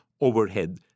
overhead